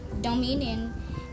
dominion